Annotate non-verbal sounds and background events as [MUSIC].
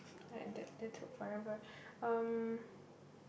alright that that took forever um [BREATH]